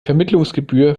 vermittlungsgebühr